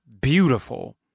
beautiful